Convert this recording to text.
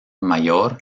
mayor